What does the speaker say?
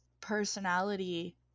personality